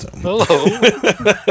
Hello